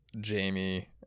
Jamie